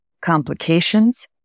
complications